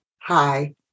hi